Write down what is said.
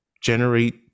generate